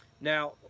Now